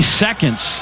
seconds